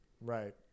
Right